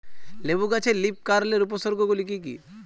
লেবু গাছে লীফকার্লের উপসর্গ গুলি কি কী?